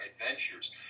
adventures